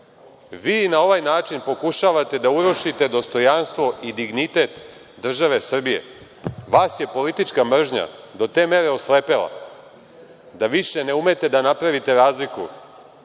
Vi na ovaj način pokušavate da urušite dostojanstvo i dignitet države Srbije. Vas je politička mržnja do te mere oslepela da više ne umete da napravite razliku